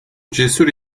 cesur